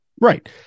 right